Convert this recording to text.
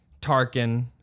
tarkin